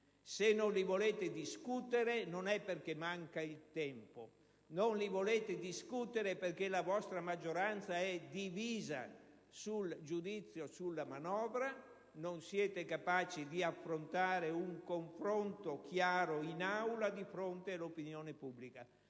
Se non ne volete discutere non è perché manca il tempo: non volete discuterne perché la vostra maggioranza è divisa sul giudizio sulla manovra. Non siete capaci di affrontare un confronto chiaro in Aula di fronte all'opinione pubblica,